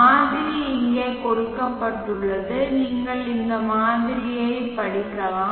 மாதிரி இங்கே கொடுக்கப்பட்டுள்ளது நீங்கள் இந்த மாதிரியைப் படிக்கலாம்